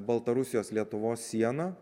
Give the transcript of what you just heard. baltarusijos lietuvos siena